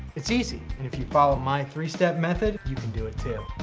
it's easy and if you follow my three step method you can do it too.